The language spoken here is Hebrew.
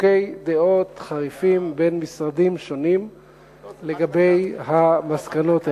חילוקי דעות חריפים בין משרדים שונים לגבי המסקנות האלה.